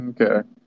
Okay